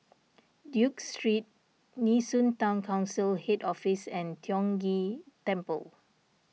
Duke Street Nee Soon Town Council Head Office and Tiong Ghee Temple